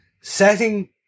setting